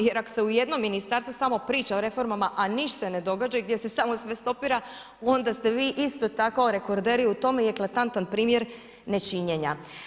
Jer ako se u jednom ministarstvu samo priča o reformama, a ništa se ne događa, gdje se samo sve stopira, onda ste vi isto tako rekorderi u tome i eklatantan primjer nečinjenja.